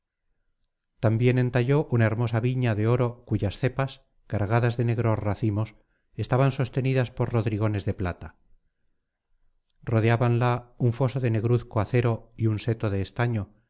también entalló una hermosa viña de oro cuyas cepas cargadas de negros racimos estaban sostenidas por rodrigones de plata rodeábanla un foso de negruzco acero y un seto de estaño